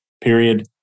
period